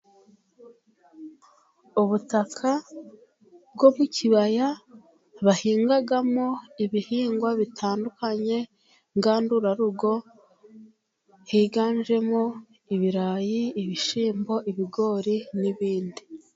Ubutaka bwo ku kibaya bahingamo ibihingwa bitandukanye ngandurarugo, higanjemo ibirayi, ibishyimbo, ibigori n'ibindi.